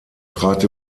trat